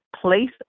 place